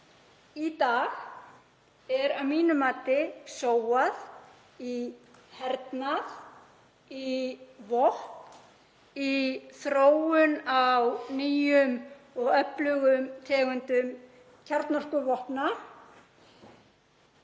í dag er að mínu mati sóað í hernað, í vopn, í þróun á nýjum og öflugum tegundum kjarnorkuvopna.